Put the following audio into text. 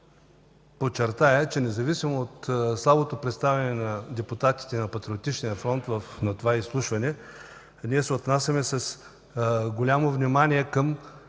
подчертая, че независимо от слабото представяне на депутатите на Патриотичния фронт на това изслушване, ние се отнасяме с голямо внимание към